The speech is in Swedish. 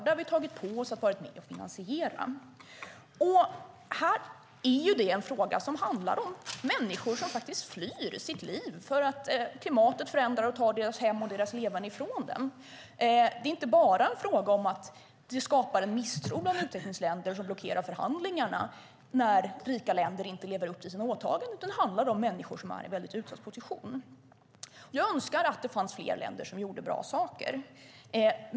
Det har vi tagit på oss och varit med att finansiera. Detta är en fråga som handlar om människor som flyr för sina liv för att klimatet förändras och tar deras hem och deras leverne ifrån dem. Det handlar inte bara om att det skapar en misstro bland utvecklingsländer som blockerar förhandlingarna när rika länder inte lever upp till sina åtaganden, utan det handlar om människor som är i en mycket utsatt position. Jag önskar att det fanns fler länder som gjorde bra saker.